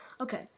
Okay